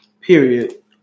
Period